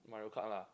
Mario-Kart lah